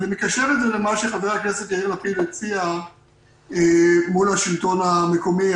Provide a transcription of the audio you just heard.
אני מקשר את זה אל מה שחבר הכנסת יאיר לפיד הציע מול השלטון המקומי,